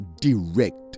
direct